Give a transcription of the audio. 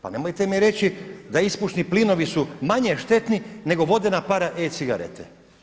Pa nemojte mi reći da ispušni plinovi su manje štetni nego vodena para e-cigarete?